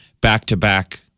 back-to-back